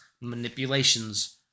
manipulations